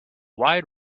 wide